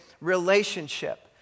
relationship